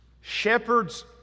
shepherds